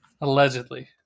Allegedly